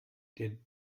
der